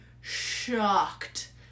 shocked